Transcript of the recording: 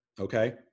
okay